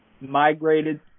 migrated